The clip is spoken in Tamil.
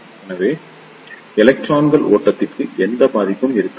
எனவே எலக்ட்ரான்களின் ஓட்டத்திற்கு எந்த பத்தியும் இருக்காது